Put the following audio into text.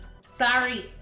sorry